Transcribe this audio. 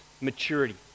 maturity